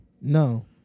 No